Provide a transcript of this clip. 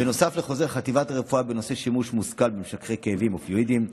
נוסף על חוזר חטיבת רפואה בנושא שימוש מושכל במשככי כאבים אופיואידיים,